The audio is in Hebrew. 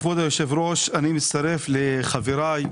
כבוד היושב-ראש, אני מצטרף לחבריי.